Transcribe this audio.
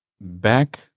back